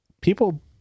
People